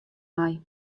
mei